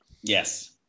Yes